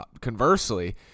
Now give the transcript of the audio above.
conversely